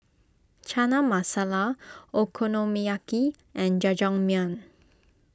Chana Masala Okonomiyaki and Jajangmyeon